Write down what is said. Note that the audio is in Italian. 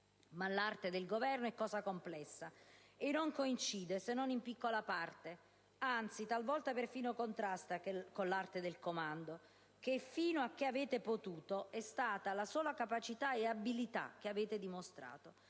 Ma l'arte del governo è cosa complessa e non coincide, se non in piccola parte, anzi talvolta perfino contrasta, con l'arte del comando, che fino a che avete potuto è stata la sola capacità e abilità che avete dimostrato.